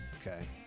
Okay